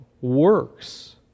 works